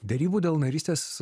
derybų dėl narystės